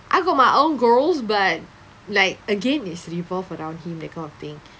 I got my own goals but like again it revolves around him that kind of thing